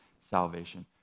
salvation